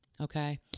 Okay